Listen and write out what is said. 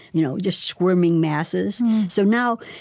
you know just squirming masses so, now,